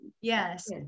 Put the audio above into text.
Yes